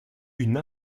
une